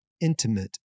intimate